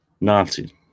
Nazi